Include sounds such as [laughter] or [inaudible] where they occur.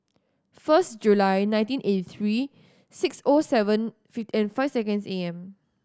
first July nineteen eighty three six O seven [unintelligible] and five seconds A M